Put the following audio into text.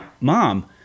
mom